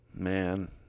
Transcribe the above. Man